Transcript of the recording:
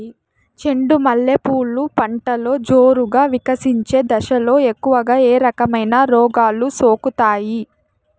చెండు మల్లె పూలు పంటలో జోరుగా వికసించే దశలో ఎక్కువగా ఏ రకమైన రోగాలు సోకుతాయి?